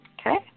Okay